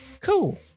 cool